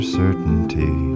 certainty